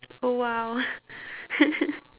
oh !wow!